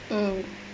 mm